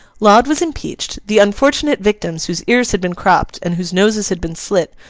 laud was impeached the unfortunate victims whose ears had been cropped and whose noses had been slit,